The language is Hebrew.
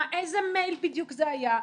איזה מייל בדיוק זה היה.